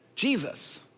Jesus